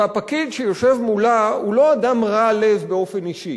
והפקיד שיושב מולה הוא לא אדם רע לב באופן אישי.